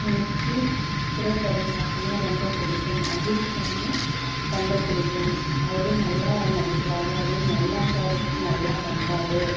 எனக்கு திரைப்படம் பார்க்குனா ரொம்ப பிடிக்கும் அஜித் படனால் ரொம்ப பிடிக்கும் அவரு நல்லா நடிக்கிறார் அது நல்லா கேரக்ட்ரு நல்லா பண்றார்